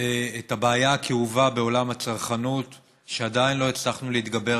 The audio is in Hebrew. את הבעיה הכאובה שעדיין לא הצלחנו להתגבר